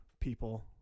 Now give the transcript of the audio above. people